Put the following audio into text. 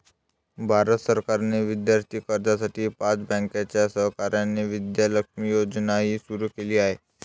भारत सरकारने विद्यार्थी कर्जासाठी पाच बँकांच्या सहकार्याने विद्या लक्ष्मी योजनाही सुरू केली आहे